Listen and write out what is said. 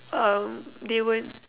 um they weren't